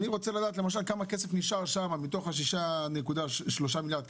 אני רוצה לדעת למשל כמה כסף נשאר שם מתוך ה-6.3 מיליארד,